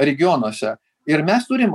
regionuose ir mes turim